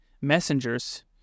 messengers